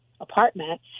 apartment